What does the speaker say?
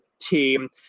team